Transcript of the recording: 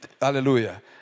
Hallelujah